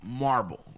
marble